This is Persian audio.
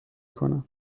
کنم